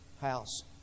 house